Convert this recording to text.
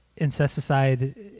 Incesticide